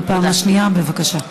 בבקשה.